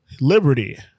Liberty